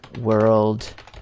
world